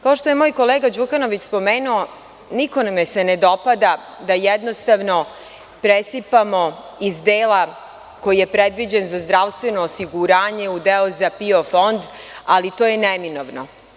Kao što je moj kolega Đukanović spomenuo, niko me se ne dopada da jednostavno presipamo iz dela koji je predviđen za zdravstveno osiguranje u deo za PIO fond, ali to je neminovno.